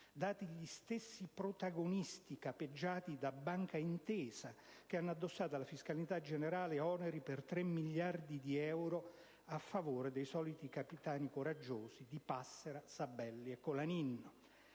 data l'identità dei protagonisti capeggiati da Banca Intesa, che hanno addossato alla fiscalità generale oneri per 3 miliardi di euro, a favore dei soliti «capitani coraggiosi»: Passera, Sabelli e Colaninno.